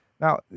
Now